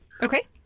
Okay